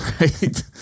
right